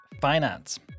finance